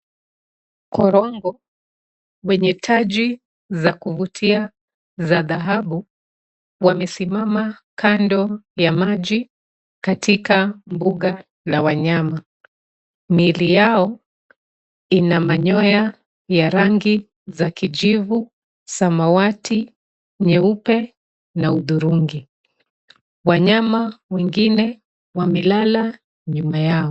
Korongo wenye taji za kuvutia za dhahabu wamesimama kando ya maji katika mbuga la wanyama. Miili yao ina manyoya ya rangi za kijivu, samawati, nyeupe na udhurungi. Wanyama wengine wamelala nyuma yao.